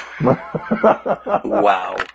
Wow